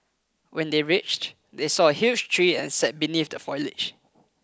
when they reached they saw a huge tree and sat beneath the foliage